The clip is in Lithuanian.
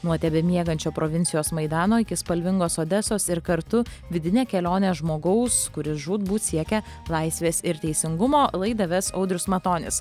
nuo tebemiegančio provincijos maidano iki spalvingos odesos ir kartu vidinė kelionė žmogaus kuris žūtbūt siekia laisvės ir teisingumo laidą ves audrius matonis